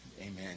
Amen